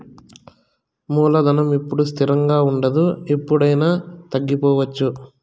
మూలధనం ఎప్పుడూ స్థిరంగా ఉండదు ఎప్పుడయినా తగ్గిపోవచ్చు